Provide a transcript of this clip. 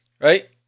right